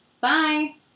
Bye